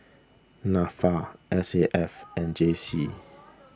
Nafa S A F and J C